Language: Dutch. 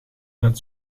net